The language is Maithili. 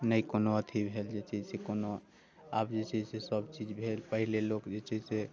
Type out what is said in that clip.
नहि कोनो अथि जे छै से कोनो आब जे छै से सभ चीज भेल पहिले लोक जे छै से